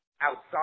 outside